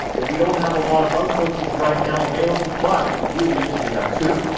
and we don't have a lot of bunk coaches right now available, but the beauty is we have two,